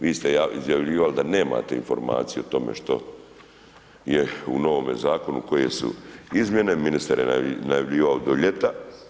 Vi ste izjavljivali da nemate informaciju o tome što je u novome zakonu koje su izmjene, ministar je najavljivao do ljeta.